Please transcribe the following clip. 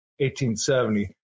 1870